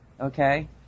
Okay